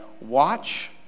watch